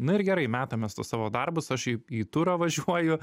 na ir gerai metam mes tuos savo darbus aš į į turą važiuoju